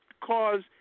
cause